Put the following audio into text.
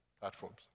platforms